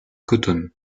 cotton